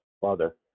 Father